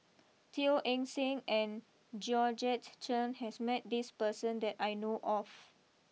Teo Eng Seng and Georgette Chen has met this person that I know of